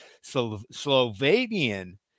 Slovakian